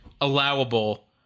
allowable